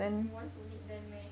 you want to meet them meh